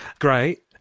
Great